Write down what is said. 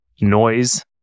noise